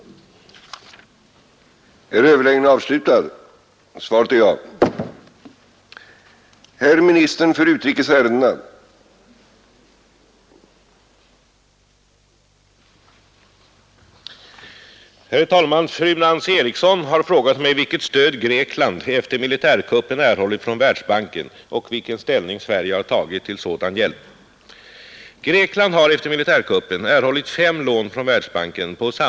miska stödet från Världsbanken åt Grekland